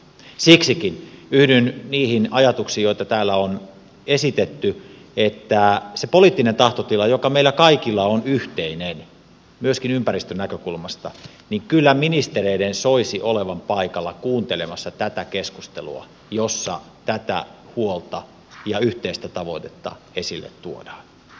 siksikin yhdyn niihin ajatuksiin joita täällä on esitetty että kun poliittinen tahtotila meillä kaikilla on yhteinen myöskin ympäristönäkökulmasta niin kyllä ministereiden soisi olevan paikalla kuuntelemassa tätä keskustelua jossa tätä huolta ja yhteistä tavoitetta esille tuodaan